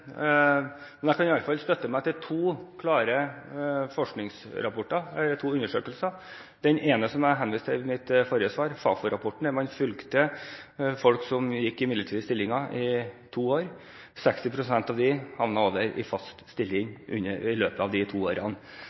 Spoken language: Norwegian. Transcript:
Jeg kan iallfall støtte meg til to klare forskningsrapporter, to undersøkelser. Den ene er FAFO-rapporten, som jeg henviste til i mitt forrige svar, der man i to år fulgte folk som gikk i midlertidige stillinger. 60 pst. av dem kom over i fast stilling i løpet av de to årene.